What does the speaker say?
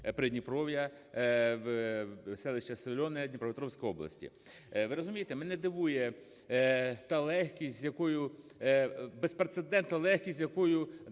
"Придніпров'я", селище Солоне Дніпропетровськой області. Ви розумієте, мене дивує та легкість, з якою… безпрецедентна легкість, з якою